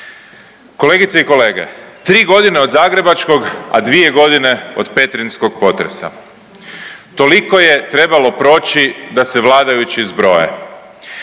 Kolegice i kolege, 3.g. od zagrebačkog, a 2.g. od petrinjskog potresa, toliko je trebalo proći da se vladajući zbroje,